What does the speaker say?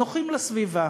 נוחים לסביבה.